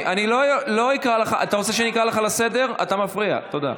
אתה תלמד להיות בן אדם.